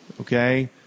Okay